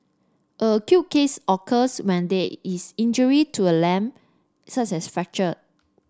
an acute case occurs when there is injury to a limb such as fracture